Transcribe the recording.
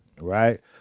Right